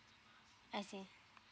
I see